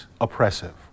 oppressive